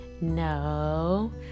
No